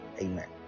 Amen